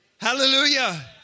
Hallelujah